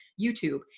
YouTube